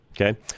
Okay